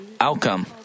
outcome